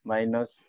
Minus